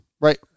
Right